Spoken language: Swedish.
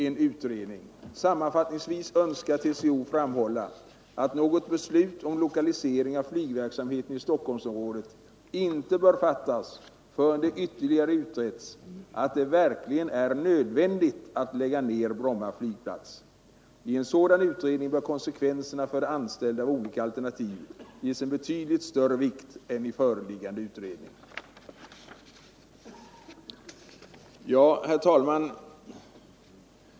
Jag citerar: ”Sammanfattningsvis önskar TCO framhålla att något beslut om lokaliseringen av flygverksamheten i Stockholmsområdet inte bör fattas förrän det ytterligare utretts att det verkligen är nödvändigt att lägga ner Bromma flygplats. I en sådan utredning bör konsekvenserna för de anställda av olika alternativ ges en betydligt större vikt än i föreliggande utredning.” Herr talman!